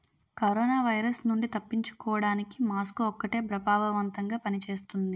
corona virus నుండి తప్పించుకోడానికి mask ఒక్కటే ప్రభావవంతంగా పని చేస్తుంది